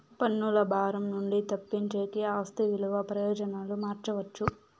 పన్నుల భారం నుండి తప్పించేకి ఆస్తి విలువ ప్రయోజనాలు మార్చవచ్చు